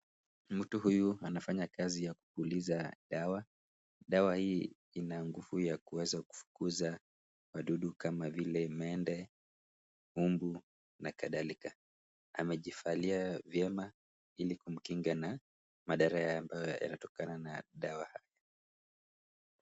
Mtu huyu anafanya kazi ya kupuliza dawa. Dawa hii ina nguvu ya kuweza kufukuza wadudu kama vile mende, mbu na kadhalika. Amejivalia vyema, ili kumkinga na madhara ambayo yanayotokana na dawa haya.